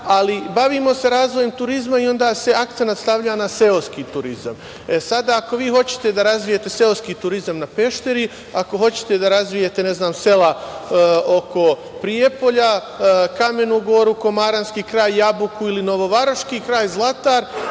ali bavimo se razvojem turizma i onda se akcenat stavlja na seoski turizma. Sada, ako vi hoćete da razvijete seoski turizam na Pešteri, ako hoćete da razvijete sela oko Prijepolja, Kamenu Goru, komaranski kraj, Jabuku ili novovaroški kraj, Zlatar,